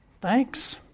Thanks